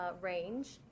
range